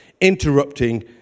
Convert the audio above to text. interrupting